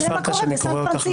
תראה מה קורה בסן פרנסיסקו.